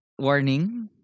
warning